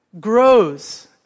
grows